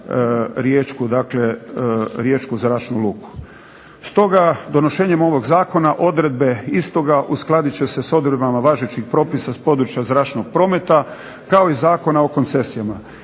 vezan za Riječku zračnu luku. Stoga donošenjem ovog zakona odredbe istoga uskladit će se s odredbama važećih propisa s područja zračnog prometa kao i Zakona o koncesijama.